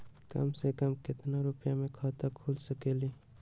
कम से कम केतना रुपया में खाता खुल सकेली?